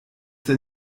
der